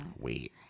Wait